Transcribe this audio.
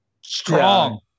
Strong